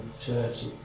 churches